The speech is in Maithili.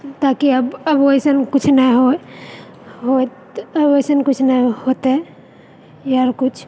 ताकि अब अब वैसन किछु नहि होय होत आब वैसन किछु नहि होतै एहेन किछु